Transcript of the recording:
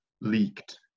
leaked